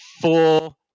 four